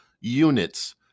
units